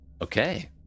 Okay